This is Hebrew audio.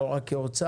לא רק כאוצר,